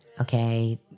okay